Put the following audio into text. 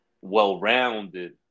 well-rounded